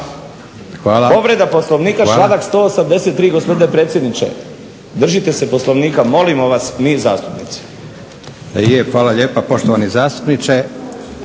riječ. Povreda Poslovnika, članak 183. gospodine predsjedniče. Držite se Poslovnika molimo vas mi zastupnici. **Leko, Josip (SDP)** Hvala lijepa poštovani zastupniče.